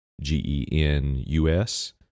G-E-N-U-S